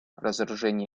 разоружение